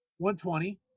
120